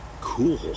cool